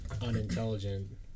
unintelligent